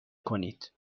کنید